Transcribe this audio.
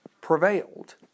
prevailed